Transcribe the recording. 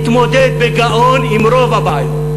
התמודד בגאון עם רוב הבעיות.